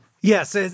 Yes